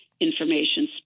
information